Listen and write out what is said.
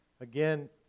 again